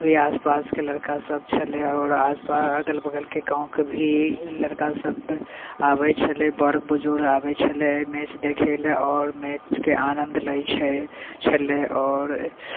ओहि आसपासके लड़का सभ छलै ओकरा अगल बगल के गाँवके भी लड़का सभ आबै छलै बड़ बुज़ुर्ग आबै छलै मैच देखैला आओर मैचके आनन्द लै छलै आओर